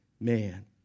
man